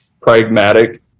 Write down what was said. pragmatic